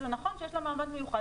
נכון, יש לה מעמד מיוחד.